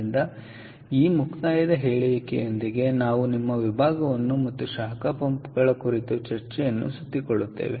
ಆದ್ದರಿಂದ ಆ ಮುಕ್ತಾಯದ ಹೇಳಿಕೆಯೊಂದಿಗೆ ನಾವು ನಮ್ಮ ವಿಭಾಗವನ್ನು ಮತ್ತು ಶಾಖ ಪಂಪ್ಗಳ ಕುರಿತು ಚರ್ಚೆಯನ್ನು ಸುತ್ತಿಕೊಳ್ಳುತ್ತೇವೆ